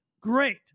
Great